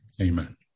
Amen